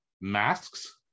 Masks